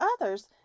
others